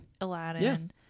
Aladdin